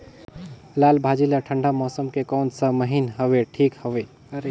लालभाजी ला ठंडा मौसम के कोन सा महीन हवे ठीक हवे?